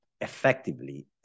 effectively